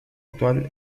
actual